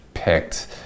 picked